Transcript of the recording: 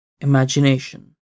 imagination